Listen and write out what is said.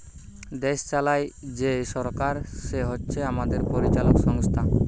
দেশ চালায় যেই সরকার সে হচ্ছে আমাদের পরিচালক সংস্থা